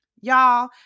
Y'all